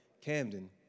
Camden